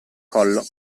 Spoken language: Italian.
collo